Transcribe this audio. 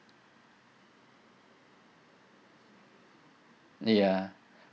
ya